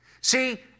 see